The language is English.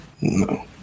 no